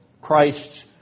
Christ's